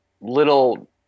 little